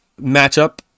matchup